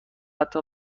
حتی